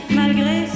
malgré